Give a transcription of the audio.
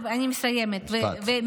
אני מסיימת.